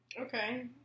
Okay